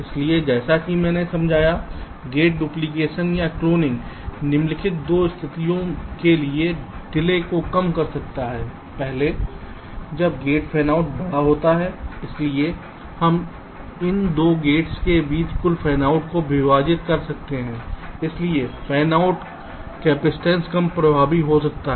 इसलिए जैसा कि मैंने समझाया गेट डुप्लीकेशन या क्लोनिंग निम्नलिखित 2 स्थितियों के लिए डिले को कम कर सकता है पहले जब गेट फैनआउट बड़ा होता है इसलिए हम इन 2 गेट्स के बीच कुल फैनआउट को विभाजित कर सकते हैं इसलिए फैनआउट कपसिटंस कम प्रभावी हो जाएगी